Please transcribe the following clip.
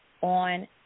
on